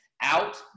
out